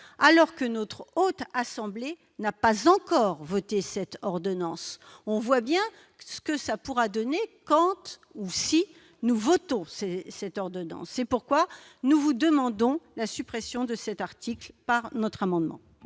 Alors que notre haute assemblée n'a pas encore voté cette ordonnance, on voit bien ce que ça pourra donner Kant ou si nous votons cette ordonnance, c'est pourquoi nous vous demandons la suppression de cet article par notre amendement.